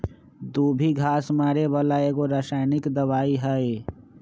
दुभी घास मारे बला एगो रसायनिक दवाइ हइ